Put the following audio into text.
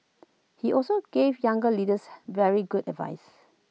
he also gave younger leaders very good advice